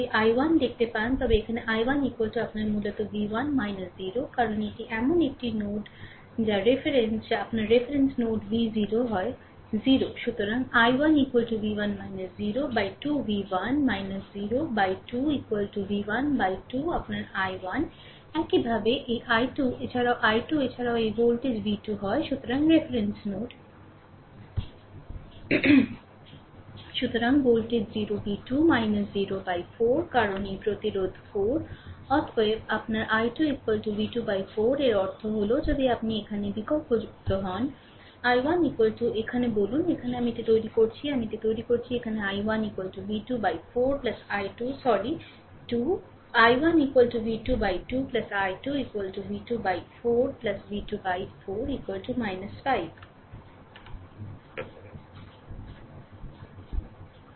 আপনি যদি i1 দেখতে পান তবে এখানে i1 আপনার মূলত v1 0 কারণ এটি এমন একটি নোড যা রেফারেন্স যা আপনার রেফারেন্স নোড v 0 হয় 0 সুতরাং i1 v1 0 বাই2v1 0 বাই2 v1 বাই2 আপনার i1 একইভাবে এই i2 এছাড়াও i2 এছাড়াও এই ভোল্টেজ v2 হয় সুতরাং রেফারেন্স নোড সুতরাং ভোল্টেজ 0v2 0 বাই 4 কারণ এই প্রতিরোধ 4 অতএব আপনার i2 v2 বাই4 এর অর্থ হল যদি আপনি এখানে বিকল্পযুক্ত হন i1 এখানে বলুন এখানে আমি এটি তৈরি করছি আমি এটি তৈরি করছি এখানে i1 v2 বাই4 i2 দুঃখিত 2 i1 v1 বাই2 i2 v2 by 4 v2 by 4 5